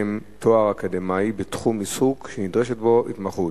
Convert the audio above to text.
תואר אקדמי בתחום עיסוק שנדרשת בו התמחות),